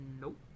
Nope